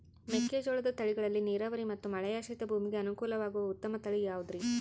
ಮೆಕ್ಕೆಜೋಳದ ತಳಿಗಳಲ್ಲಿ ನೇರಾವರಿ ಮತ್ತು ಮಳೆಯಾಶ್ರಿತ ಭೂಮಿಗೆ ಅನುಕೂಲವಾಗುವ ಉತ್ತಮ ತಳಿ ಯಾವುದುರಿ?